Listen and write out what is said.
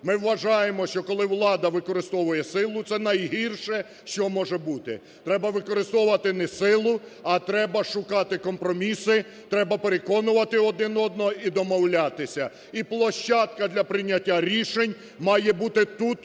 Ми вважаємо, що коли влада використовує силу – це найгірше, що може бути. Треба використовувати не силу, а треба шукати компроміси, треба переконувати один одного і домовлятися, і площадка для прийняття рішень має бути тут,